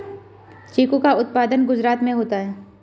चीकू का उत्पादन गुजरात में होता है